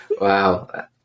Wow